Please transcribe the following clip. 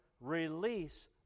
release